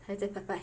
还在